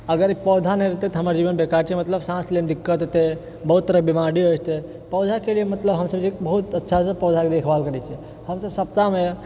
अगर पौधा नहि रहतै तऽ हमर जीवन बेकार छै मतलब साँस लएमे दिक्कत हेतै बहुत तरहके बीमारी हो जेतै पौधाके लिअऽ मतलब हमसब जे बहुत अच्छासँ पौधाके देखभाल करैत छियै हमसब सप्ताहमे